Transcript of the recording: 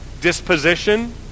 disposition